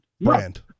brand